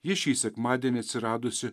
ji šį sekmadienį atsiradusi